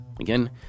Again